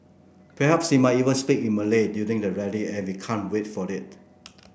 perhaps he might even speak in Malay during the rally and we can't wait for it